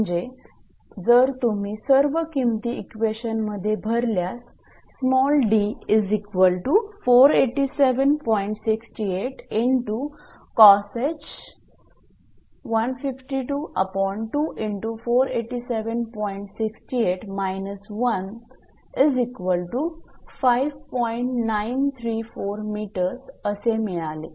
म्हणजे जर तुम्ही सर्व किमती इक्वेशन मध्ये भरल्यास 𝑑 असे मिळेल